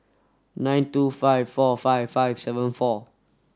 nine two five four five five seven four